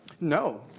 No